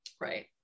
Right